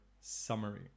summary